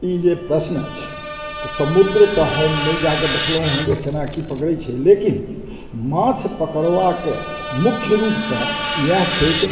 ई जे प्रश्न अछि तऽ समुद्र तऽ हम नहि जाकऽ देखलहुँ हेँ जे केना की पकड़य छै लेकिन माछ पकड़बाके मुख्य रूपसँ इएह छैक